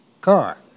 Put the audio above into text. car